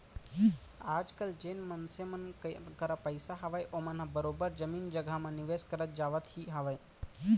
आजकल जेन मनसे मन करा पइसा हावय ओमन ह बरोबर जमीन जघा म निवेस करत जावत ही हावय